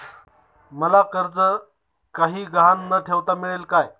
मला कर्ज काही गहाण न ठेवता मिळेल काय?